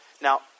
Now